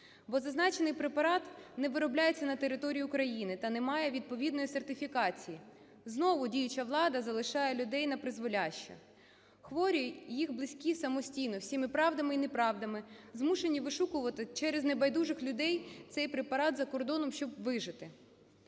бо зазначений препарат не виробляється на території України та не має відповідної сертифікації. Знову діюча влада залишає людей напризволяще. Хворі і їх близькі самостійно всіма правдами і неправдами змушені вишукувати через небайдужих людей цей препарат за кордоном, щоб вижити.